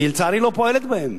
ולצערי היא לא פועלת בהן.